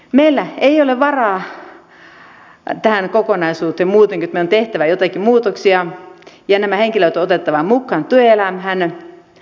meillä ei ole varaa tähän kokonaisuuteen muuten kuin että meidän on tehtävä joitakin muutoksia ja nämä henkilöt otettava mukaan työelämään